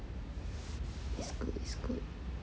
that's good that's good